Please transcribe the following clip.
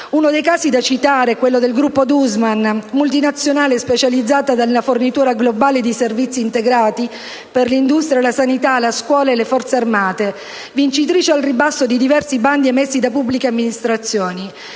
Uno dei casi da citare è quello del gruppo Dussmann, multinazionale specializzata nella fornitura globale di servizi integrati per l'industria, la sanità, la scuola e le forze armate, vincitrice al ribasso di diversi bandi emessi da pubbliche amministrazioni.